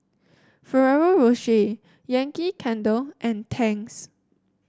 Ferrero Rocher Yankee Candle and Tangs